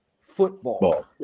football